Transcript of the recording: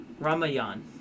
Ramayan